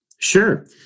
Sure